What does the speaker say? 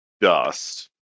dust